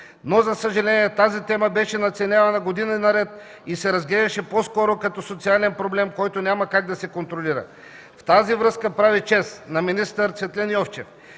но, за съжаление, тази тема беше надценявана години наред и се разглеждаше по-скоро като социален проблем, който няма как да се контролира. В тази връзка прави чест на министър Цветлин Йовчев,